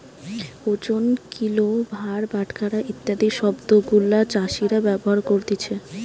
ওজন, কিলো, ভার, বাটখারা ইত্যাদি শব্দ গুলা চাষীরা ব্যবহার করতিছে